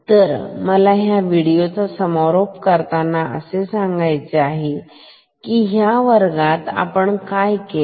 तर मला ह्या विडिओ चा समारोप करायचा आहे ह्या वर्गात आपण काय केले